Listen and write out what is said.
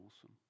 awesome